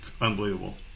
unbelievable